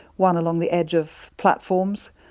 one along the edge of platforms,